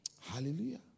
Hallelujah